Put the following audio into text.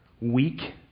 weak